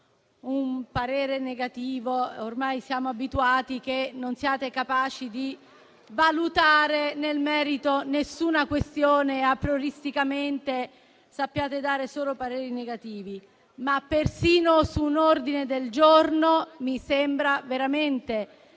un parere negativo. Ormai siamo abituati al fatto che non siete capaci di valutare nel merito nessuna questione e che, aprioristicamente, sapete dare solo pareri negativi. Ma persino su un ordine del giorno mi sembra veramente